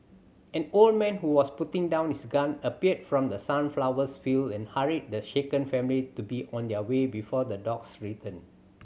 an old man who was putting down his gun appeared from the sunflowers field and hurried the shaken family to be on their way before the dogs return